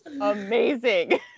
amazing